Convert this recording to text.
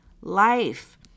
life